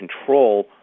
control